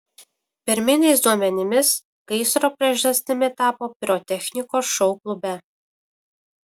pirminiais duomenimis gaisro priežastimi tapo pirotechnikos šou klube